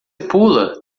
pula